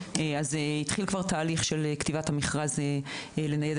התחיל כבר תהליך של כתיבת המכרז לניידת